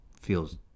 feels